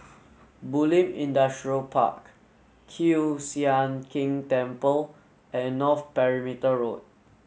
Bulim Industrial Park Kiew Sian King Temple and North Perimeter Road